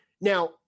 now